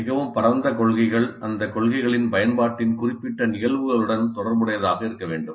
மிகவும் பரந்த கொள்கைகள் அந்தக் கொள்கைகளின் பயன்பாட்டின் குறிப்பிட்ட நிகழ்வுகளுடன் தொடர்புடையதாக இருக்க வேண்டும்